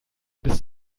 bis